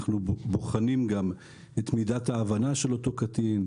אנחנו בוחנים גם את מידת ההבנה של אותו קטין,